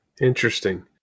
Interesting